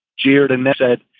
jeered and said,